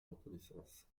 reconnaissance